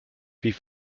wie